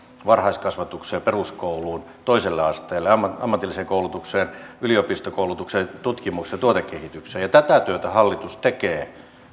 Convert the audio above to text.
varhaiskasvatukseen peruskouluun toiselle asteelle ammatilliseen koulutukseen yliopistokoulutukseen tutkimukseen tuotekehitykseen tätä työtä hallitus tekee